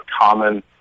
common